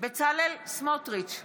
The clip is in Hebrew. בצלאל סמוטריץ'